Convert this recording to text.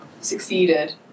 succeeded